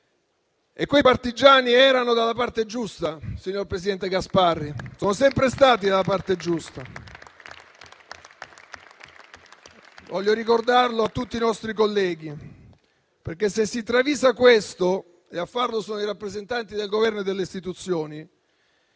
Quei partigiani erano dalla parte giusta, signor presidente Gasparri. Sono sempre stati dalla parte giusta. Voglio ricordarlo a tutti i nostri colleghi. Se si travisa questo, e a farlo sono i rappresentanti del Governo e delle Istituzioni,